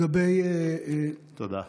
תודה.